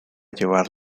llevar